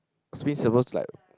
servers like